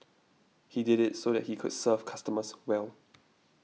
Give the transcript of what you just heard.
he did it so that he could serve customers well